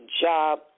job